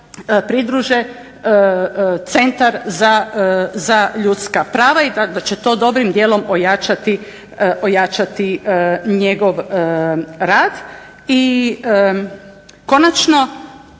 pridruže Centar za ljudska prava, i da će to dobrim dijelom ojačati njegov rad, i konačno